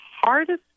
hardest